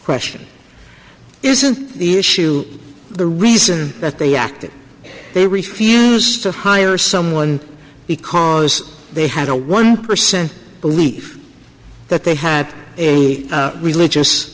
question isn't the issue the reason that they acted they refused to hire someone because they had a one percent belief that they had a religious